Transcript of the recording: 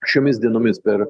šiomis dienomis per